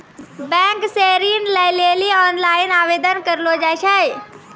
bank से ऋण लै लेली ओनलाइन आवेदन करलो जाय छै